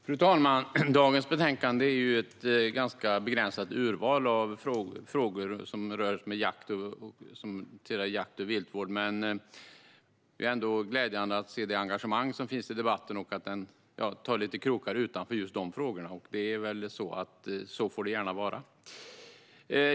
Fru talman! I detta betänkande behandlas ett ganska begränsat urval av frågor om jakt och viltvård. Men det är glädjande att se engagemanget i debatten och att det skickas ut lite krokar utanför just de frågorna. Det får gärna vara på det sättet.